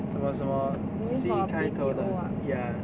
什么什么新开头的 ya